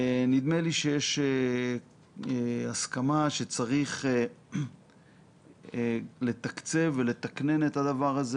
נדמה לי שיש הסכמה שצריך לתקצב ולתקנן את הדבר הזה,